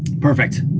Perfect